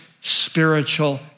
spiritual